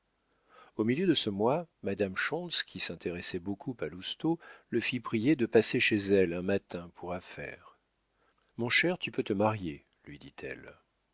au milieu de ce mois madame schontz qui s'intéressait beaucoup à lousteau le fit prier de passer chez elle un matin pour affaire mon cher tu peux te marier lui dit-elle